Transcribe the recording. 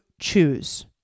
choose